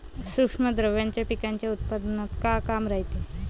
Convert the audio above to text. सूक्ष्म द्रव्याचं पिकाच्या उत्पन्नात का काम रायते?